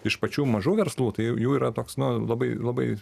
iš pačių mažų verslų tai jau yra toks na labai labai